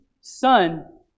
son